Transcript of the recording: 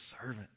servant